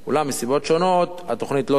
אולם מסיבות שונות התוכנית לא צלחה.